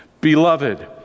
Beloved